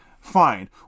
fine